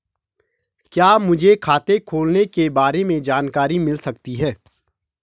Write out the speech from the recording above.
क्या मुझे खाते खोलने के बारे में जानकारी मिल सकती है?